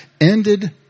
ended